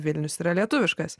vilnius yra lietuviškas